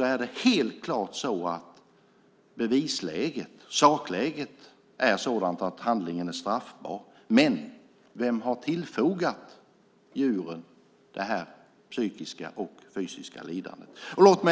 är det helt klart att sakläget är sådant att handlingen är straffbar, men frågan är vem som har tillfogat djuret det psykiska och fysiska lidandet.